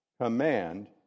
command